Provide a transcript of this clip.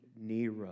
Nero